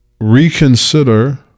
reconsider